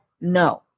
no